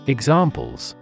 Examples